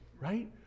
right